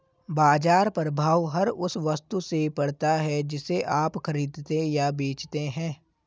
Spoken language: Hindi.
बाज़ार प्रभाव हर उस वस्तु से पड़ता है जिसे आप खरीदते या बेचते हैं